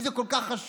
אם זה כל כך חשוב,